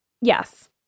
Yes